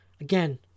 Again